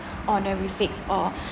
honorifics or